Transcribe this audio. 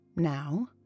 Now